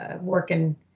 working